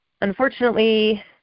unfortunately